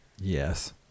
Yes